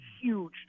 huge